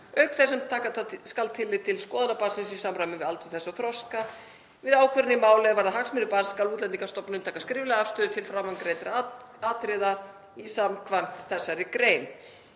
auk þess sem taka skal tillit til skoðana barnsins í samræmi við aldur þess og þroska. Við ákvörðun í máli er varðar hagsmuni barns skal Útlendingastofnun taka skriflega afstöðu til framangreindra atriða samkvæmt grein